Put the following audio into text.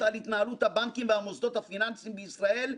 על התנהלות הבנקים והמוסדות הפיננסיים בישראל,